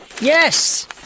yes